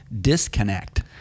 disconnect